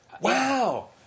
Wow